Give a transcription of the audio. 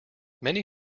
many